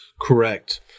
correct